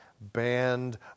band